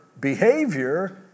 behavior